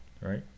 Right